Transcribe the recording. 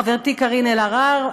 חברתי קארין אלהרר,